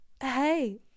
Hey